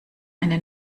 eine